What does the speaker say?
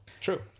True